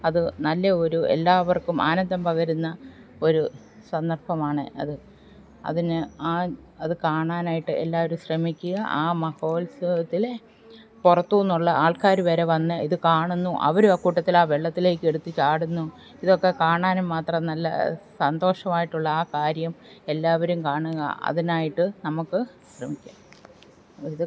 അത് നല്ല ഒരു എല്ലാവർക്കും ആനന്ദം പകരുന്ന ഒരു സന്ദർഭമാണ് അത് അതിന് ആ അത് കാണാനായിട്ട് എല്ലാരും ശ്രമിക്കുക ആ മഹോത്സവത്തില് പുറത്തൂനിന്നുള്ള ആൾക്കാര് വരെ വന്ന് ഇത് കാണുന്നു അവരും ആ കൂട്ടത്തില് ആ വെള്ളത്തിലേക്കെടുത്തു ചാടുന്നു ഇതൊക്കെ കാണാനും മാത്രം നല്ല സന്തോഷമായിട്ടുള്ള ആ കാര്യം എല്ലാവരും കാണുക അതിനായിട്ട് നമുക്ക് ശ്രമിക്കാം ഇത്